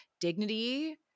dignity